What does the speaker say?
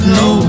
no